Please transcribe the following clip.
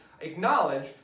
acknowledge